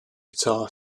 guitar